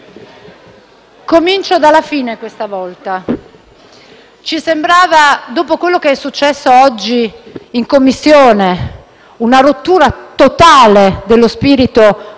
comincio dalla fine questa volta. Ci sembra, dopo quello che è successo oggi in Commissione, una rottura totale dello spirito